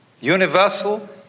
universal